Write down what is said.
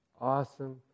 awesome